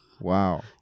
wow